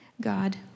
God